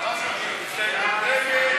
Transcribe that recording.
עיסאווי פריג',